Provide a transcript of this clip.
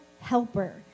helper